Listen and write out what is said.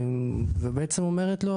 ובעצם אומרת לו